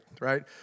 right